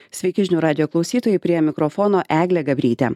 sveiki žinių radijo klausytojai prie mikrofono eglė gabrytė